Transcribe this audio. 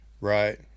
right